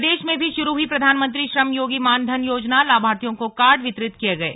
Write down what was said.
प्रदेश में भी शुरू हुई प्रधानमंत्री श्रम योगी मान धन योजनालाभार्थियों को कार्ड वितरित किये गये